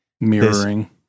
mirroring